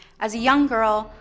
as a young girl,